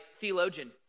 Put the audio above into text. theologian